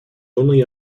only